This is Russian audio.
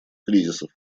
кризисов